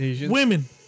Women